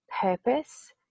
purpose